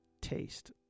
taste